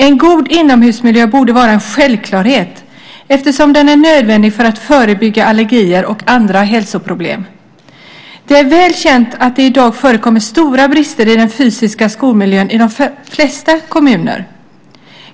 En god inomhusmiljö borde vara en självklarhet eftersom den är nödvändig för att förebygga allergier och andra hälsoproblem. Det är väl känt att det i dag förekommer stora brister i den fysiska skolmiljön i de flesta kommuner.